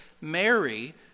Mary